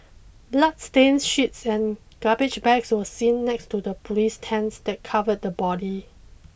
bloodstained sheets and garbage bags were seen next to the police tents that covered the body